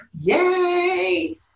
Yay